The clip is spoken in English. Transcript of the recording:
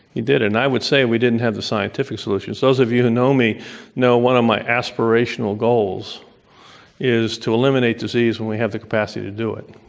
he did it. and i would say we didn't have the scientific solution. those of you who know me know one of my aspirational goals is to eliminate disease when we have the capacity to do it.